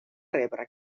rebre